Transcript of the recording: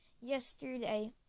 yesterday